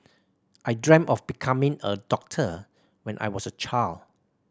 I dreamt of becoming a doctor when I was a child